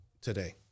today